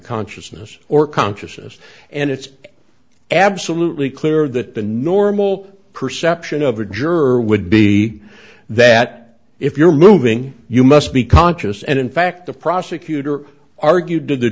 consciousness or consciousness and it's absolutely clear that the normal perception of a juror would be that if you're moving you must be conscious and in fact the prosecutor argued to the